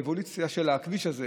האבולוציה של הכביש הזה.